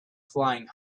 flying